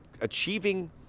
achieving